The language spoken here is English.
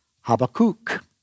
Habakkuk